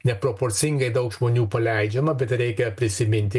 neproporcingai daug žmonių paleidžiama bet reikia prisiminti